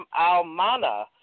Almana